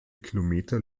kilometer